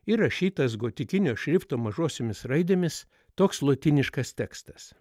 įrašytas gotikinio šrifto mažosiomis raidėmis toks lotyniškas tekstas